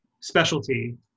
specialty